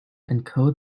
encode